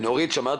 תודה